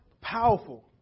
powerful